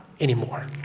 anymore